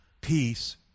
peace